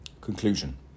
Conclusion